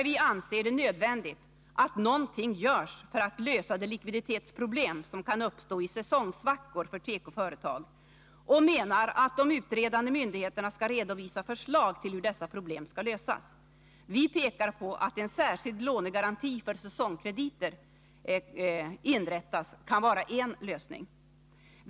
Vi anser det nödvändigt att någonting görs för att lösa de likviditetsproblem som kan uppstå i säsongsvackor för tekoföretag, och vi menar att de utredande myndigheterna skall redovisa förslag till hur dessa problem skall lösas. Vi pekar på att en särskild lånegaranti för säsongkrediter kan inrättas, som en lösning.